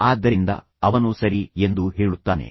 ಆದ್ದರಿಂದ ಅವನು ಸರಿ ಎಂದು ಹೇಳುತ್ತಾನೆ